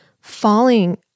falling